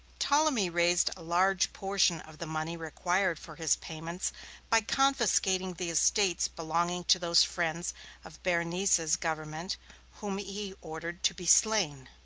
ptolemy raised a large portion of the money required for his payments by confiscating the estates belonging to those friends of berenice's government whom he ordered to be slain.